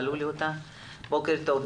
בוקר טוב.